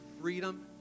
freedom